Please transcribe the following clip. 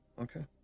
Okay